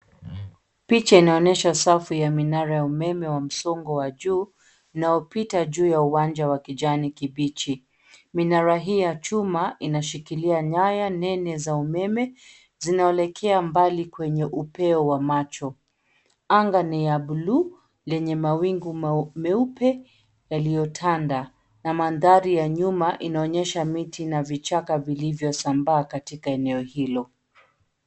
Picha inayoonesha safu ya minara ya umeme wa msongo wa juu unaopita juu ya uwanja wa kijani kibichi. Minara hii ya chuma inashikilia nyaya nene za umeme zinaelekea mbali kwenye upeo wa macho. Anga ni ya bluu lenye mawingu meupe yaliyotanda na mandhari ya nyuma inaonyesha miti na vichaka vilivyosambaa katika eneo hilo.